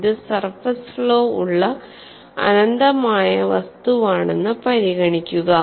ഇത് surface flow ഉള്ള അനന്തമായ വസ്തുവാണെന്ന് പരിഗണിക്കുക